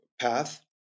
path